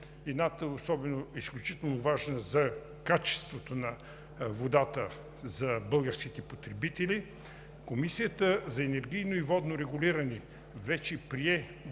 едната особено е изключително важна – за качеството на водата за българските потребители – Комисията за енергийно и водно регулиране вече прие